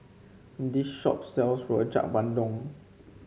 this shop sells Rojak Bandung